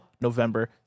November